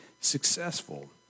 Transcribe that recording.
successful